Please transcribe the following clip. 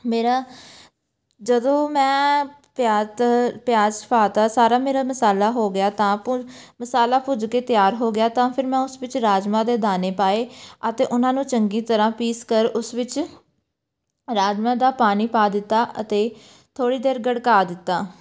ਮੇਰਾ ਜਦੋਂ ਮੈਂ ਪਿਆਜ ਤ ਪਿਆਜ 'ਚ ਪਾਤਾ ਸਾਰਾ ਮੇਰਾ ਮਸਾਲਾ ਹੋ ਗਿਆ ਤਾਂ ਭੁਨ ਮਸਾਲਾ ਭੁਜ ਕੇ ਤਿਆਰ ਹੋ ਗਿਆ ਤਾਂ ਫਿਰ ਮੈਂ ਉਸ ਵਿੱਚ ਰਾਜਮਾਂਹ ਦੇ ਦਾਣੇ ਪਾਏ ਅਤੇ ਉਹਨਾਂ ਨੂੰ ਚੰਗੀ ਤਰ੍ਹਾਂ ਪੀਸ ਕਰ ਉਸ ਵਿੱਚ ਰਾਜਮਾਂਹ ਦਾ ਪਾਣੀ ਪਾ ਦਿੱਤਾ ਅਤੇ ਥੋੜ੍ਹੀ ਦੇਰ ਗੜਕਾ ਦਿੱਤਾ